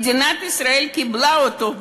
מדינת ישראל קיבלה אותו,